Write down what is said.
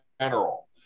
general